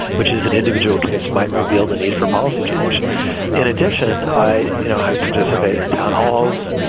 which is an individual case might reveal the need for policy change in addition, i know i participate in town halls,